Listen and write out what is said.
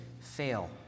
Fail